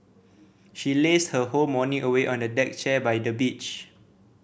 she lazed her whole morning away on a deck chair by the beach